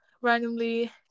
randomly